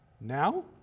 now